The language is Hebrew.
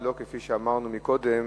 ולא כפי שאמרנו קודם,